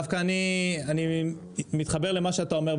דווקא אני מתחבר למה שאתה אומר,